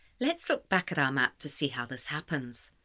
let's look back at our map to see how this happens.